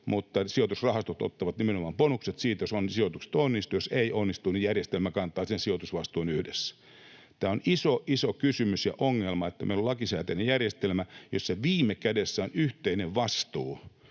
mutta sijoitusrahastot ottavat nimenomaan bonukset siitä, jos sijoitukset onnistuvat — jos eivät onnistu, niin järjestelmä kantaa sen sijoitusvastuun yhdessä. Tämä on iso, iso kysymys ja ongelma, että meillä on lakisääteinen järjestelmä, jossa viime kädessä on yhteinen vastuu